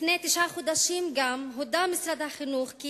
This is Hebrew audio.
לפני תשעה חודשים הודה משרד החינוך כי